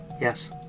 Yes